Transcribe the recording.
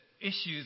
issues